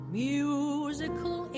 musical